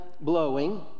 blowing